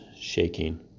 shaking